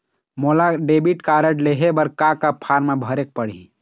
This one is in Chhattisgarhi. मोला डेबिट कारड लेहे बर का का फार्म भरेक पड़ही?